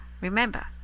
remember